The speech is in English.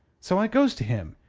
so i goes to him,